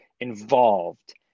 involved